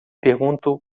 pergunto